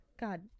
God